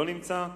לא נמצא.